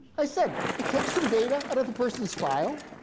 i said it takes some data out of the person's file.